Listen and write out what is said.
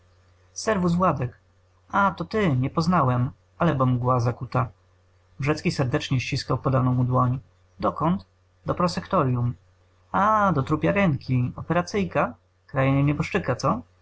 rękę servus władek a to ty nie poznałem ale bo mgła zakuta wrzecki serdecznie ściskał podaną mu dłoń dokąd do prosektoryum a do trupiarenki operacyjka krajanie nieboszczyka co